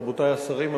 רבותי השרים,